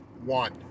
One